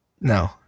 No